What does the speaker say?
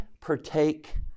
partake